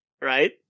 right